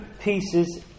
pieces